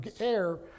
air